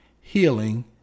healing